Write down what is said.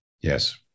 Yes